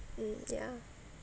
um ya